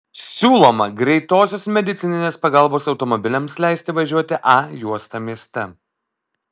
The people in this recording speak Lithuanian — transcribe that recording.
siūloma greitosios medicininės pagalbos automobiliams leisti važiuoti a juosta mieste